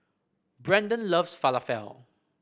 Brandan loves Falafel